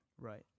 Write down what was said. right